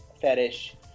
fetish